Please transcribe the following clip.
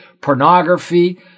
pornography